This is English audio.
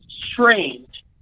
strange